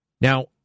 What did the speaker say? Now